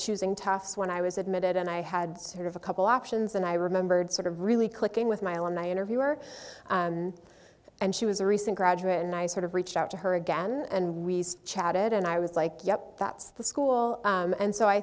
choosing tufts when i was admitted and i had sort of a couple options and i remembered sort of really clicking with my alumni interviewer and and she was a recent graduate and i sort of reached out to her again and we chatted and i was like yep that's the school and so i